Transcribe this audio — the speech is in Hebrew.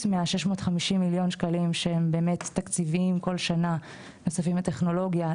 מ-650 מיליוני השקלים שכל שנה מתווספים לטכנולוגיה,